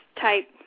type